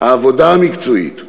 העבודה המקצועית,